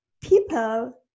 people